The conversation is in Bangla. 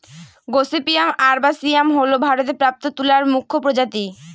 গসিপিয়াম আরবাসিয়াম হল ভারতে প্রাপ্ত তুলার মুখ্য প্রজাতি